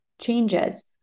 changes